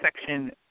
Section